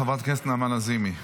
חברת הכנסת נעמה לזימי.